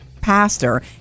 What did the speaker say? pastor